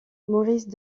maurice